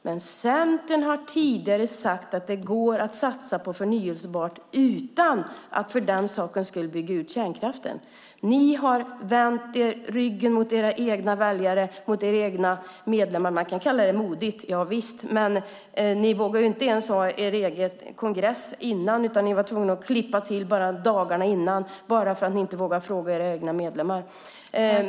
Men Centern har tidigare sagt att det går att satsa på förnybart utan att för den sakens skull bygga ut kärnkraften. Ni har vänt era egna väljare ryggen och era egna medlemmar. Man kan kalla det modigt, javisst, men ni vågade inte ens ha er egen kongress först, utan ni var tvungna att klippa till dagarna innan, bara för att ni inte vågade fråga era egna medlemmar.